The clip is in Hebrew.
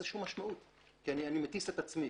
לזה משום משמעות כי אני מטיס את עצמי,